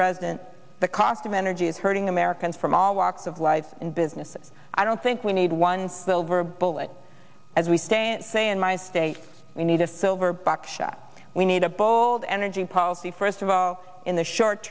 president the cost of energy is hurting americans from all walks of life and business and i don't think we need one silver bullet as we stand say in my state we need a silver buckshot we need a bold energy policy first of all in the short